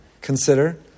consider